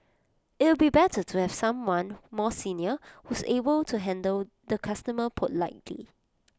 it'll be better to have someone more senior who's able to handle the customer politely